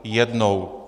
Jednou!